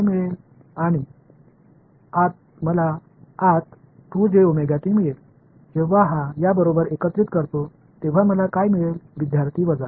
நான் உள்ளே நுழைவேன் இந்த பையன் இந்த பையனுடன் இணைந்தால் எனக்கு என்ன கிடைக்கும்